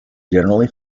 generally